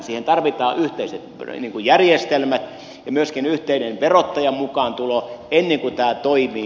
siihen tarvitaan yhteiset järjestelmät ja myöskin yhteinen verottajan mukaantulo ennen kuin tämä toimii